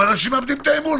אנשים מאבדים את האמון,